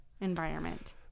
environment